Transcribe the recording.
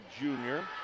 junior